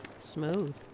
Smooth